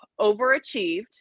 overachieved